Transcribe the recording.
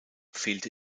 fehlte